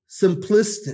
simplistic